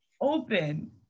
open